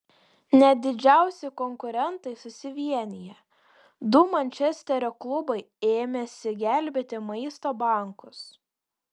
net didžiausi konkurentai susivienija du mančesterio klubai ėmėsi gelbėti maisto bankus